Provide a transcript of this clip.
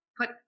put